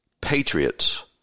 patriots